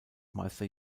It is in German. meister